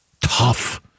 Tough